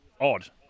odd